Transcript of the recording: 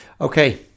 Okay